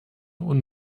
und